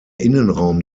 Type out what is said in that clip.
innenraum